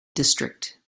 district